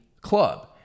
club